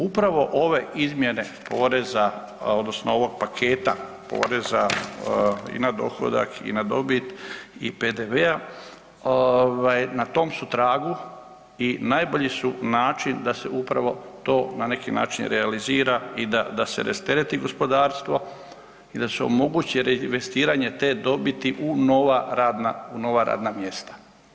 Upravo ove izmjene poreza odnosno ovog paketa poreza i na dohodak i na dobit i PDV-a na tom su tragu i najbolji su način da se upravo to na neki način realizira i da se rastereti gospodarstvo i da se omogući reinvestiranje te dobiti u nova radna, u nova radna mjesta.